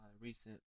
recent